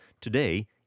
Today